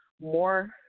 more